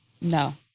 No